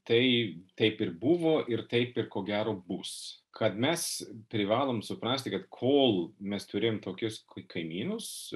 tai taip ir buvo ir taip ir ko gero bus kad mes privalom suprasti kad kol mes turim tokius kaimynus